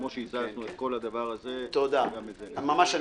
כפי שהזזנו את כל הדבר הזה, נטפל גם בזה.